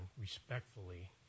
respectfully